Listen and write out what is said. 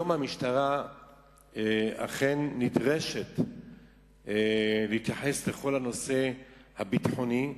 היום המשטרה אכן נדרשת להתייחס לכל הנושא הביטחוני.